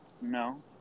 No